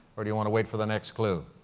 or do you want to wait for the next clue?